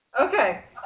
Okay